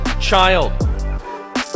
child